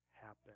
happen